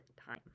time